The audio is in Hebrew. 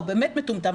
אבל הוא באמת מטומטם,